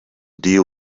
deal